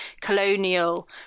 colonial